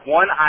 one